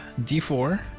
d4